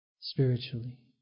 spiritually